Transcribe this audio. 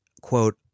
quote